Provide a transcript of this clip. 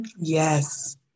Yes